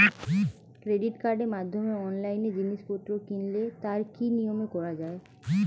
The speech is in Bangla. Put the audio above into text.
ক্রেডিট কার্ডের মাধ্যমে অনলাইনে জিনিসপত্র কিনলে তার কি নিয়মে করা যায়?